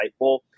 insightful